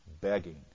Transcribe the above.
begging